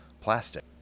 plastic